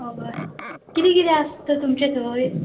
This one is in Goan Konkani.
हय किदें किदें आसता तुमचें थंय